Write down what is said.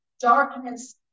darkness